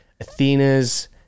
Athena's